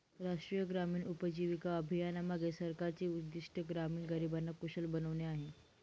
राष्ट्रीय ग्रामीण उपजीविका अभियानामागे सरकारचे उद्दिष्ट ग्रामीण गरिबांना कुशल बनवणे आहे